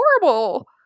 horrible